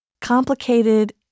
complicated